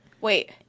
Wait